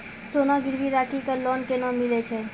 सोना गिरवी राखी कऽ लोन केना मिलै छै?